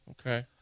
Okay